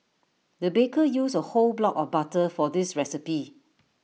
the baker used A whole block of butter for this recipe